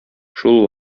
шул